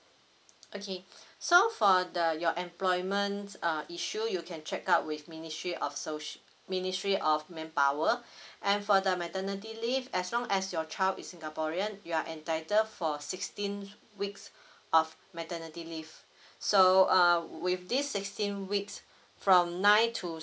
okay so for the err your employment err issue you can check out with ministry of so~ ministry of manpower and for the maternity leave as long as your child is singaporean you are entitled for sixteen weeks of maternity leave so err with this sixteen weeks from nine to